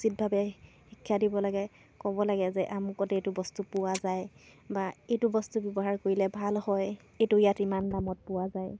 উচিতভাৱে শিক্ষা দিব লাগে ক'ব লাগে যে আমুকতে এইটো বস্তু পোৱা যায় বা এইটো বস্তু ব্যৱহাৰ কৰিলে ভাল হয় এইটো ইয়াত ইমান দামত পোৱা যায়